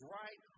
right